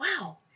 Wow